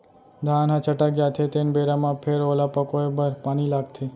धान ह छटक जाथे तेन बेरा म फेर ओला पकोए बर पानी लागथे